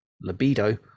libido